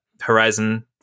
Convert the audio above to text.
horizon